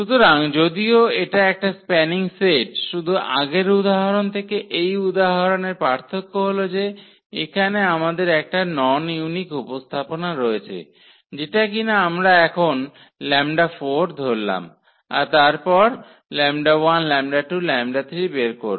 সুতরাং যদিও এটা একটা স্প্যানিং সেট শুধু আগের উদাহরণ থেকে এই উদাহরণে পার্থক্য হল যে এখানে আমাদের একটা নন ইউনিক উপস্থাপনা রয়েছে যেটা কিনা আমরা এখন λ4 ধরলাম আর তারপর λ1 λ2 λ3 বের করব